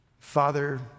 Father